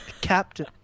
captain